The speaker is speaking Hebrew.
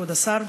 כבוד סגן השר,